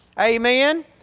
Amen